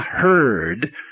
heard